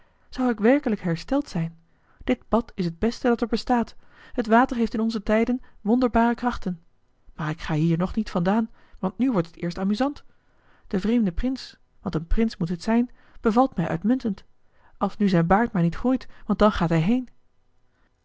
zou ik werkelijk hersteld zijn dit bad is het beste dat er bestaat het water heeft in onze tijden wonderbare krachten maar ik ga hier nog niet vandaan want nu wordt het eerst amusant de vreemde prins want een prins moet het zijn bevalt mij uitmuntend als nu zijn baard maar niet groeit want dan gaat hij heen